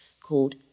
called